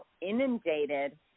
inundated